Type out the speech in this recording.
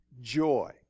joy